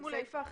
עם סיפה אחרת.